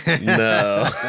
No